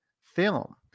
film